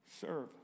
serve